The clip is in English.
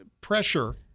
pressure